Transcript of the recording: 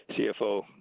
CFO